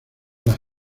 las